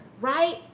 right